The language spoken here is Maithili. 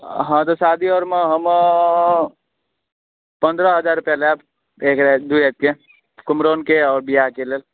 हँ तऽ शादी आओरमे हम पन्द्रह हजार रुपैआ लेब एक राति दू रातिके कुमरनके आओर विवाहके लेल